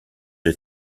des